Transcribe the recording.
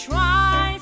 Try